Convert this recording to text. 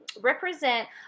represent